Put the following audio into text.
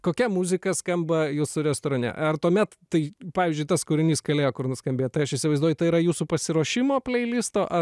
kokia muzika skamba jūsų restorane ar tuomet tai pavyzdžiui tas kūrinys kalėjo nuskambėttai aš įsivaizduoju tai yra jūsų pasiruošimo pleilisto